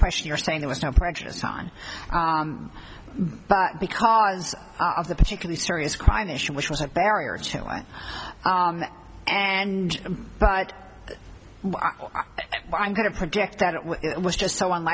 question you're saying there was no precious time but because of the particularly serious crime issue which was a barrier to life and but i'm going to project that it was just so u